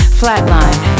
flatline